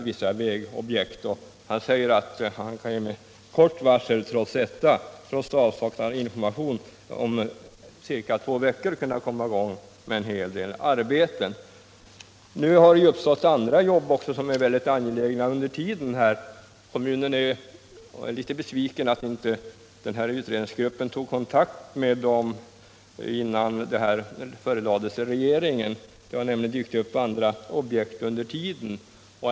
Trots avsaknad av information kan han med kort varsel, inom ca två veckor, komma i gång med en hel del arbeten. Nu har det under tiden också dykt upp andra jobb som är väldigt angelägna. Kommunen är därför litet besviken över att utredningsgruppen inte har tagit kontakt med kommunen, innan förslaget förelades regeringen.